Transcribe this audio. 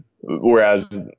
whereas